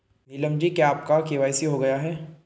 नीलम जी क्या आपका के.वाई.सी हो गया है?